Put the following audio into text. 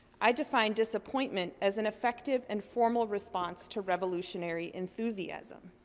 i define disappointment as an effective and formal response to revolutionary enthusiasm.